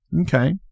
Okay